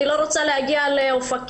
אני לא רוצה להגיע לאופקים,